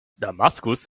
damaskus